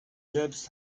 selbst